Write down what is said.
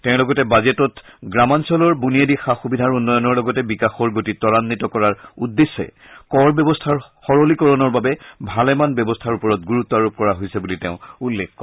তেওঁ লগতে বাজেটত গ্ৰামাঞলৰ বুনিয়াদী সা সুবিধাৰ উন্নয়নৰ লগতে বিকাশৰ গতি ত্বৰান্বিত কৰাৰ উদ্দেশ্যে কৰ ব্যৱস্থাৰ সৰলীকৰণৰ বাবে ভালেমান ব্যৱস্থাৰ ওপৰত গুৰুত্ব আৰোপ কৰা হৈছে বুলি উল্লেখ কৰে